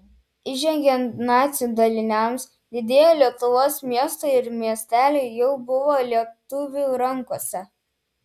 įžengiant nacių daliniams didieji lietuvos miestai ir miesteliai jau buvo lietuvių rankose